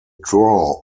draw